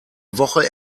woche